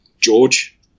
George